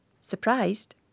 Surprised